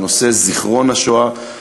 זה נושא זיכרון השואה,